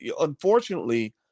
unfortunately